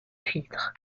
filtre